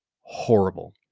horrible